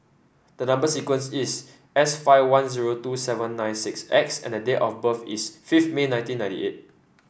the number sequence is S five one zero two seven nine six X and date of birth is fifth May nineteen ninety eight